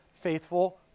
faithful